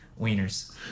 wieners